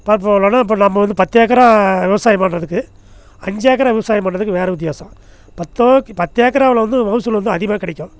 பரப்பளவுளனா இப்போ நம்ப வந்து பத்து ஏக்கரா விவசாயம் பண்ணுறதுக்கு அஞ்சு ஏக்கரா விவசாயம் பண்ணுறதுக்கு வேறு வித்தியாசம் பத்தோ கி பத்து ஏக்கர் அளவில் வந்து மகசூல் வந்து அதிகமாக கிடைக்கும்